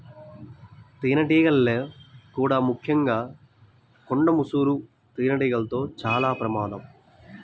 తేనెటీగల్లో కూడా ముఖ్యంగా కొండ ముసురు తేనెటీగలతో చాలా ప్రమాదం